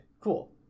cool